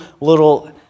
little